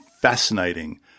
fascinating